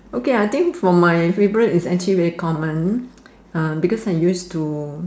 okay I think from my favorite is actually very common uh because I use to